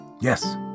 Yes